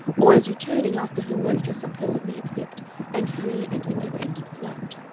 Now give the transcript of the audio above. or as returning after her work to some pleasantly equipped and free and independent flat.